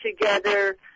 together